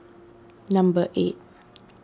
number eight